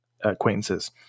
acquaintances